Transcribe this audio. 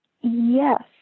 yes